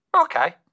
Okay